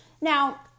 Now